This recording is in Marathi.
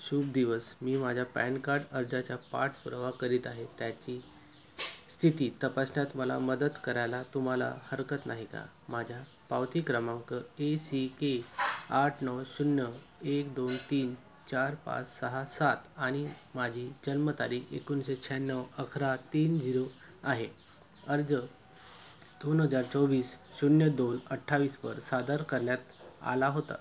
शुभ दिवस मी माझ्या पॅन कार्ड अर्जाच्या पाठपुरावा करीत आहे त्याची स्थिती तपासण्यात मला मदत करायला तुम्हाला हरकत नाही का माझ्या पावती क्रमांक ए सी के आठ नऊ शून्य एक दोन तीन चार पाच सहा सात आणि माझी जन्मतारीख एकोणीसशे शहाण्णव अकरा तीन झिरो आहे अर्ज दोन हजार चोवीस शून्य दोन अठ्ठावीसवर सादर करण्यात आला होता